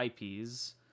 IPs